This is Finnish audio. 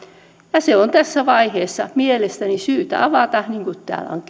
ja se on tässä vaiheessa mielestäni syytä avata niin kuin täällä on